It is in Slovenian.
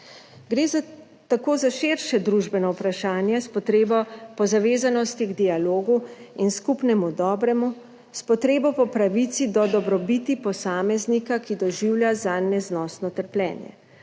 gre za širše družbeno vprašanje s potrebo po zavezanosti k dialogu in skupnemu dobremu, s potrebo po pravici do dobrobiti posameznika, ki doživlja zanj neznosno trpljenje.